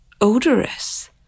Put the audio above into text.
odorous